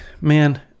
man